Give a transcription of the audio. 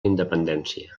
independència